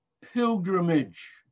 pilgrimage